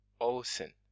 Olsen